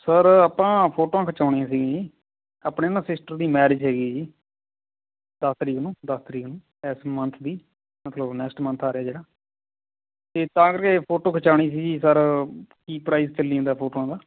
sir ਆਪਾਂ ਫੋਟੋਆਂ ਖਿਚਵਾਉਣੀਆਂ ਸੀ ਜੀ ਆਪਣੇ ਨਾ ਸਿਸਟਰ ਦੀ ਮੈਰਿਜ ਹੈਗੀ ਜੀ ਦਸ ਤਾਰੀਖ ਨੂੰ ਦਸ ਤਾਰੀਖ ਨੂੰ ਇਸ ਮੰਥ ਦੀ ਮਤਲਬ ਨੈਸਟ ਮੰਥ ਆ ਰਿਹਾ ਜਿਹੜਾ ਇਹ ਤਾਂ ਕਰਕੇ ਫੋਟੋ ਖਿਚਵਾਉਣੀ ਸੀ ਜੀ ਸਰ ਕੀ ਪ੍ਰਾਈਸ ਚੱਲੀ ਜਾਂਦਾ ਫੋਟੋਆਂ ਦਾ